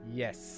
yes